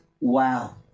Wow